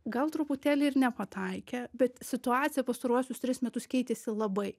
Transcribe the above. gal truputėlį ir nepataikė bet situacija pastaruosius tris metus keitėsi labai